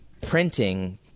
printing